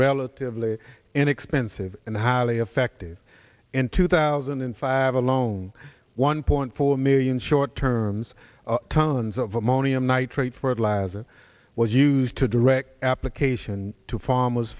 relatively inexpensive and highly effective in two thousand and five alone one point four million short terms tons of ammonium nitrate fertilizer was used to direct application to farmers